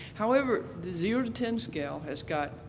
however, zero to ten scale has got,